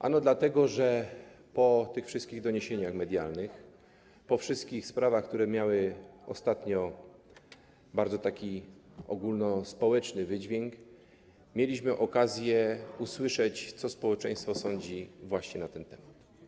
Ano dlatego, że po tych wszystkich doniesieniach medialnych, po wszystkich sprawach, które miały ostatnio taki bardzo ogólnospołeczny wydźwięk, mieliśmy okazję usłyszeć, co społeczeństwo sądzi na ten temat.